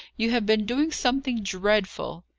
you have been doing something dreadful!